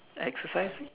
exercising